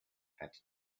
had